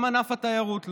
גם ענף התיירות לא,